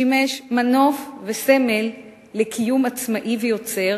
שימש מנוף וסמל לקיום עצמאי ויוצר